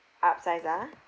upsize ah